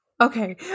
Okay